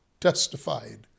testified